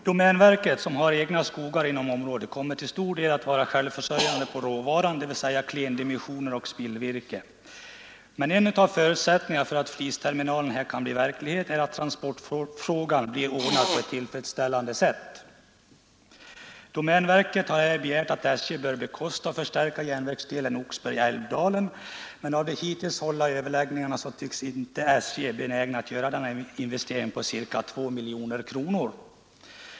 Domänverket, som har egna skogar inom området, kommer till stor del att vara självförsörjande vad beträffar råvaran, dvs. klendimensioner och spillvirke. En av förutsättningarna för att flisterminalen skall bli verklighet är att transportfrågan blir ordnad på ett tillfredsställande sätt. Domänverket har begärt att SJ skall bekosta en förstärkning av järnvägsdelen Oxberg—Älvdalen, men enligt de hittills hållna överläggningarna tycks man inte vid SJ vara benägen att göra denna investering på ca 2 miljoner kronor.